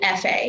FA